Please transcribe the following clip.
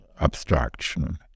abstraction